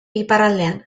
iparraldean